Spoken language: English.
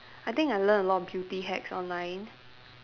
I think I learn a lot of beauty hacks online